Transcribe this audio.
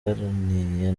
yaganiriye